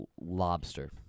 Lobster